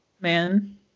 man